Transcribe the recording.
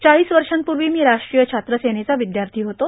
चाळीस वर्षापूर्वी मी राष्ट्रीय छात्र सेनेचा विद्यार्थी होतो